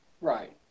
right